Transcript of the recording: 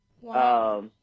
Wow